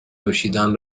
نوشیدن